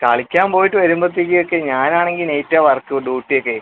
കളിക്കാൻ പോയിട്ട് വരുമ്പോഴത്തേക്ക് ഒക്കെ ഞാൻ ആണെങ്കിൽ നൈറ്റ് ആണ് വർക്ക് ഡ്യൂട്ടി ഒക്കെ